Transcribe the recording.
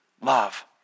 love